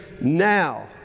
now